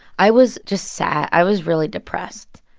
i was just sad. i was really depressed.